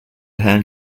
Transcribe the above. hand